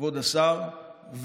כבוד השר,